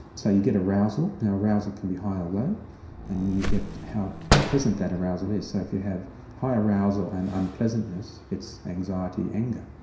so you get arousal now, arousal can be high or low and you get how pleasant that arousal is. so if you have high arousal and unpleasantness it's anxiety anger.